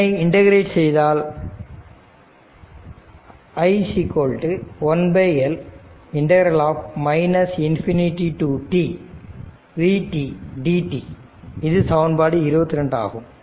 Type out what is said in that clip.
இதனை இன்டகிரேட் செய்தால் I 1L ∞ to t ∫ v dt இது சமன்பாடு 22 ஆகும்